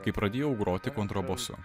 kai pradėjau groti kontrabosu